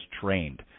trained